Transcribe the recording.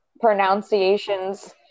pronunciations